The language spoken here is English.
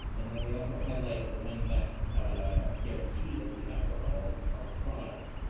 and then we also highlight the money-back ah guarantee that we have for all of our products.